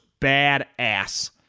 badass